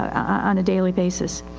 on a daily basis.